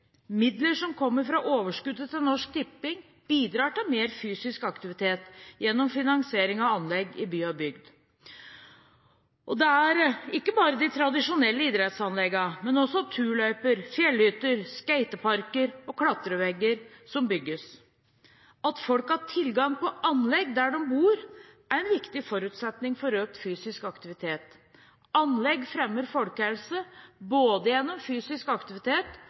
Midler som kommer fra overskuddet til Norsk Tipping, bidrar til mer fysisk aktivitet gjennom finansiering av anlegg i by og bygd. Det er ikke bare de tradisjonelle idrettsanleggene, men også turløyper, fjellhytter, skateparker og klatrevegger som bygges. At folk har tilgang på anlegg der de bor, er en viktig forutsetning for økt fysisk aktivitet. Anlegg fremmer folkehelse både gjennom fysisk aktivitet